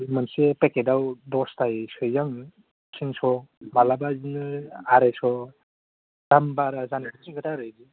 मोनसे पेकेटआव दसथायै सोयो आं थिनस' माब्लाबा बिदिनो आरायस' दाम बारा जानायजों खोथा आरो बिदि